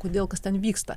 kodėl kas ten vyksta